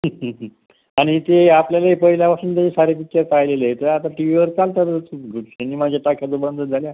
आणि ते आपल्याला पहिल्यापासून ते सारे पिक्चर पाहिलेले आहेत तर आता टी व्हीवर चालतातच सिनेमाच्या टाक्या तर बंदच झाल्या